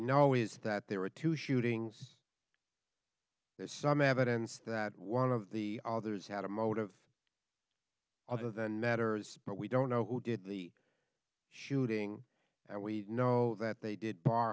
know is that there were two shootings there's some evidence that one of the others had a motive other than matters but we don't know did the shooting and we know that they did bar